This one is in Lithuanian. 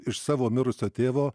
iš savo mirusio tėvo